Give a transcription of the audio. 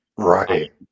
Right